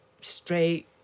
straight